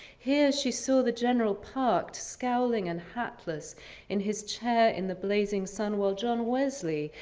here she saw the general parked, scowling and hatless in his chair in the blazing sun, while john wesley,